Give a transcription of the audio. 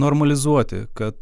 normalizuoti kad